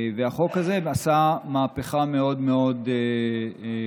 החוק הזה עשה מהפכה מאוד מאוד גדולה.